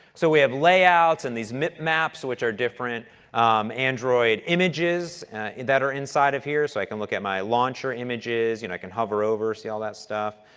so we have layouts and the mit maps which are different android images that are inside of here, so, i can look at my launcher images, you know i can hover over, see all that stuff.